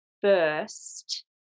first